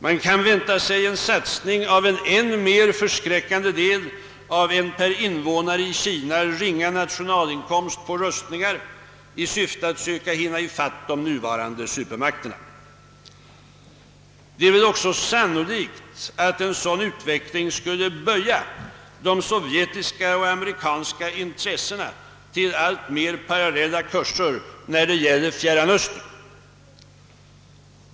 Man kan vänta sig en satsning av en än mer förskräckande del av den per invånare i Kina ringa nationalinkomsten på rustningar i syfte att söka hinna ifatt de nuvarande supermakterna. Det är också sannolikt att en sådan utveckling skulle böja de sovjetiska och amerikanska intressena till alltmer parallella kurser när det gäller Fjärran Östern.